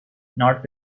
not